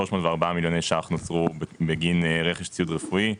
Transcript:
304 מיליוני שקלים נוצרו בגין רכש ציוד רפואי,